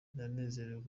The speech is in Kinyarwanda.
ndanezerewe